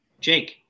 Jake